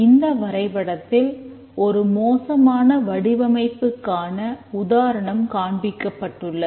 இந்த வரைபடத்தில் ஒரு மோசமான வடிவமைப்புக்கான உதாரணம் காண்பிக்கப்பட்டுள்ளது